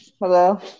hello